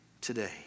today